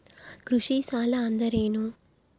ಕೃಷಿ ಸಾಲ ಅಂದರೇನು?